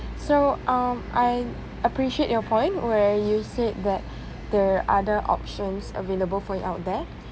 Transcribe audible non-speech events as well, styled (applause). so um I appreciate your point where you said that (breath) there other options available for you out there